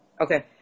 Okay